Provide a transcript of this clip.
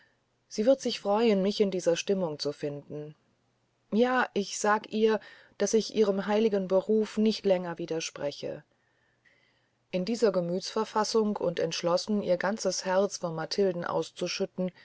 sie wird sich freuen mich in dieser stimmung zu finden ja ich sag ihr daß ich ihrem heiligen beruf nicht länger widerspreche in dieser gemüthsverfassung und entschlossen ihr ganzes herz vor matilden auszuschütten